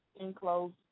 enclosed